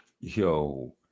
Yo